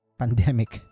pandemic